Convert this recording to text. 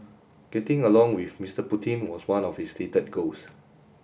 getting along with Mister Putin was one of his stated goals